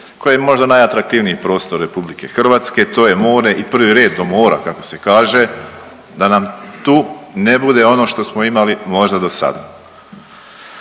koji je možda i najatraktivniji prostor RH, to je more i prvi red do mora kako se kaže da nam tu ne bude ono što smo imali možda dosada.